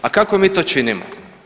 A kako mi to činimo?